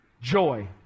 joy